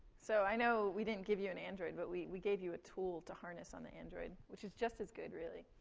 so, i know we didn't give you an android, but we we gave you a tool to harness on the android, which is just as good, really.